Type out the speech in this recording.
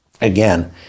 again